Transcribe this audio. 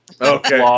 Okay